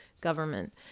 government